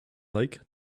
like